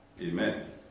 Amen